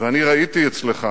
ואני ראיתי אצלך